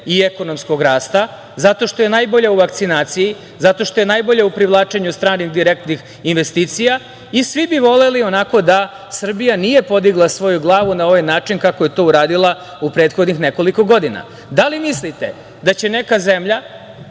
i ekonomskog rasta, zato što je najbolja u vakcinaciji, zato što je najbolja u privlačenju stranih direktnih investicija i svi bi voleli da Srbija nije podigla svoju glavu na ovaj način kako je to uradila u prethodnih nekoliko godina. Da li mislite da će neka zemlja